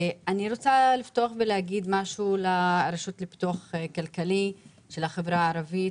אני רוצה לפתוח בלהגיד משהו לרשות לפיתוח כלכלי של החברה הערבית.